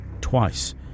twice